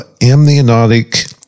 amniotic